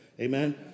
amen